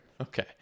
Okay